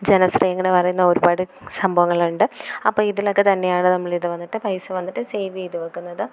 ജനശ്രീ ഇങ്ങനെ പറയുന്ന ഒരുപാട് സംഭവങ്ങളുണ്ട് അപ്പോള് ഇതിലൊക്കെ തന്നെയാണ് നമ്മളിത് വന്നിട്ട് പൈസ വന്നിട്ട് സേവെയ്ത് വയ്ക്കുന്നത്